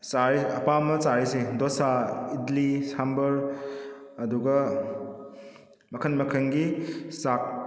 ꯑꯄꯥꯝꯕ ꯆꯥꯔꯤꯁꯤ ꯗꯣꯁꯥ ꯏꯗꯂꯤ ꯁꯥꯝꯕꯔ ꯑꯗꯨꯒ ꯃꯈꯜ ꯃꯈꯜꯒꯤ ꯆꯥꯛ